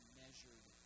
measured